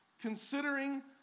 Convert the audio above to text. considering